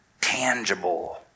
tangible